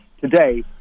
Today